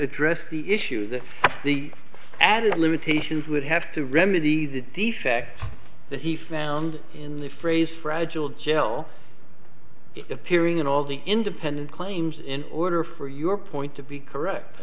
address the issues that the added limitations would have to remedy the defect that he found in the phrase fragile gel appearing in all the independent claims in order for your point to be